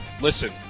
Listen